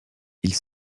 ils